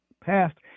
passed